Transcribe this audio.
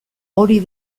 hori